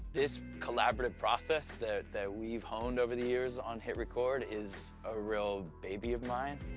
this collaborative process that that we've honed over the years on hitrecord is a real baby of mine,